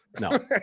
No